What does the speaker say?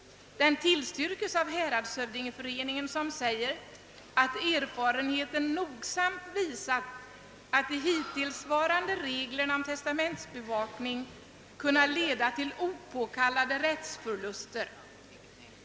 Den tillstyrkes av häradshövdingeföreningen, som uttalar att erfarenheten nogsamt visat, »att de hittillsvarande reglerna om testamentsbevakning kunna leda till opåkallade rättsförluster».